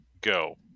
Go